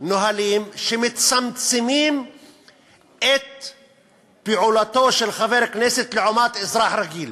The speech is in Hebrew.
נהלים שמצמצמים את פעולתו של חבר הכנסת לעומת אזרח רגיל.